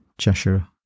Cheshire